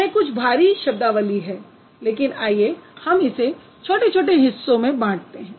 यह कुछ भारी शब्दावली है लेकिन आइए हम इसे छोटे छोटे हिस्सों में बाँटते हैं